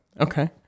okay